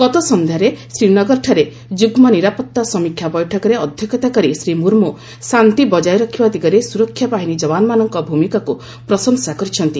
ଗତ ସନ୍ଧ୍ୟାରେ ଶ୍ରୀନଗରଠାରେ ଯୁଗ୍ମ ନିରାପତ୍ତା ସମୀକ୍ଷା ବୈଠକରେ ଅଧ୍ୟକ୍ଷତା କରି ଶ୍ରୀ ମୁର୍ମୁ ଶାନ୍ତି ବଜାୟ ରଖିବା ଦିଗରେ ସୁରକ୍ଷା ବାହିନୀ ଯବାନମାନଙ୍କ ଭୂମିକାକୁ ପ୍ରଶଂସା କରିଛନ୍ତି